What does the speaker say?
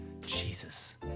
Jesus